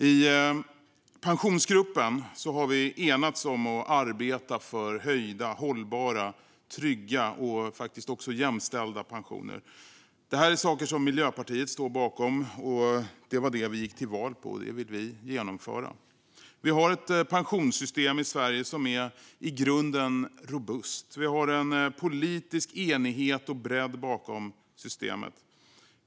I Pensionsgruppen har vi enats om att arbeta för höjda, hållbara, trygga och faktiskt också jämställda pensioner. Det är saker som Miljöpartiet står bakom och som vi gick till val på. Vi vill genomföra dem. Vi har ett pensionssystem i Sverige som är i grunden robust, och vi har en politisk enighet och bredd bakom systemet.